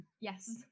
Yes